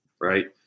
right